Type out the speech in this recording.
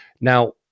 Now